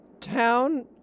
Town